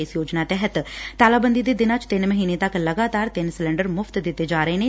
ਇਸ ਯੋਜਨਾ ਤਹਿਤ ਤਾਲਾਬੰਦੀ ਦੇ ਦਿਨਾਂ ਚ ਤਿੰਨ ਮਹੀਨੇ ਤੱਕ ਲਗਾਤਾਰ ਤਿੰਨ ਸਿਲੰਡਰ ਮੁਫ਼ਤ ਦਿਤੇ ਜਾ ਰਹੇ ਨੇ